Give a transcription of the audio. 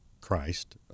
Christ